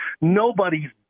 nobody's